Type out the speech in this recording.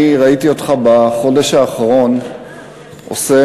אני ראיתי אותך בחודש האחרון עושה